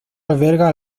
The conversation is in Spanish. alberga